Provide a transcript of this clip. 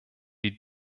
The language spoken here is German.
die